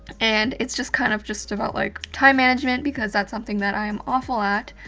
and it's just kind of just about like time management, because that's something that i am awful at,